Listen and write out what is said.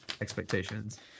expectations